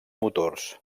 motors